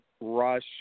Rush